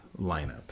lineup